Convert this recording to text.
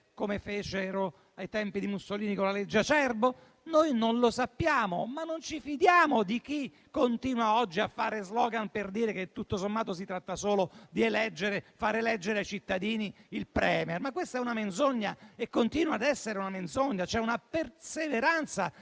come avvenne ai tempi di Mussolini con la legge Acerbo? Non lo sappiamo, ma non ci fidiamo di chi continua oggi a usare *slogan* per dire che, tutto sommato, si tratta solo di far eleggere ai cittadini il *Premier.* Questa è e continua ad essere una menzogna. C'è una perseveranza